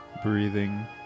Breathing